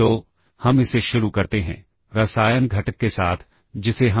तो अगला सवाल यह कि इस स्टैक का इस्तेमाल कैसे करें